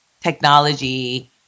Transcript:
technology